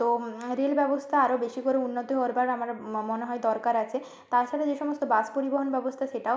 তো রেল ব্যবস্থা আরও বেশি করে উন্নত করবার আমার মনে হয় দরকার আছে তাছাড়া যে সমস্ত বাস পরিবহন ব্যবস্থা সেটাও